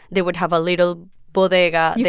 they would have a little bodega yeah